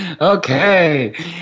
Okay